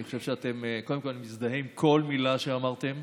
אני קודם כול מזדהה עם כל מילה שאמרתם,